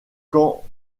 quand